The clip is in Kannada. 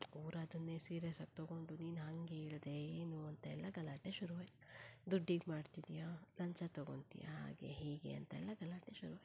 ಅವ್ರು ಅದನ್ನೇ ಸೀರಿಯಸ್ಸಾಗಿ ತೊಗೊಂಡು ನೀನು ಹಂಗೇಳಿದೆ ಏನು ಅಂತೆಲ್ಲ ಗಲಾಟೆ ಶುರುವಾಯಿತು ದುಡ್ಡಿಗೆ ಮಾಡ್ತಿದಿಯಾ ಲಂಚ ತೊಗೊಂತೀಯ ಹಾಗೆ ಹೀಗೆ ಅಂತೆಲ್ಲ ಗಲಾಟೆ ಶುರುವಾಯಿತು